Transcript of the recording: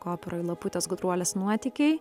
operoj laputės gudruolės nuotykiai